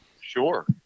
Sure